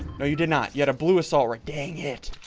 no, you did not yet a blue assault right? dang it.